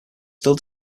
still